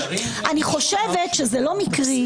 אני חושבת שזה לא מקרי.